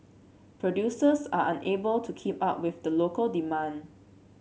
producers are unable to keep up with the local demand